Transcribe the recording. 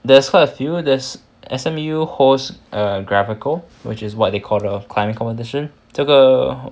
there's quite a few there's S_M_U hosts a gravical which is what they call the climbing competition 这个